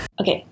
Okay